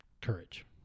courage